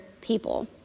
people